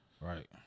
Right